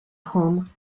home